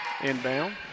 inbound